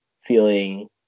feeling